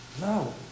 No